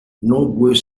nombreux